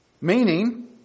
Meaning